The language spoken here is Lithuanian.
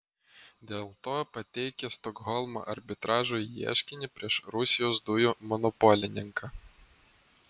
dėl to pateikė stokholmo arbitražui ieškinį prieš rusijos dujų monopolininką